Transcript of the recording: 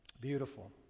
Beautiful